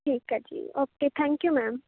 ਠੀਕ ਹੈ ਜੀ ਓਕੇ ਥੈਂਕ ਯੂ ਮੈਮ